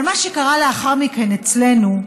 אבל מה שקרה לאחר מכן אצלנו,